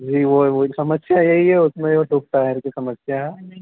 जी वही वही समस्या यही है उसमें वह ट्यूब टायर की समस्या है